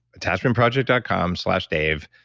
attachmentproject dot com slash dave,